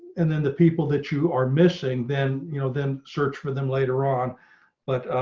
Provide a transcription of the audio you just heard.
and then the people that you are missing, then you know then search for them later on but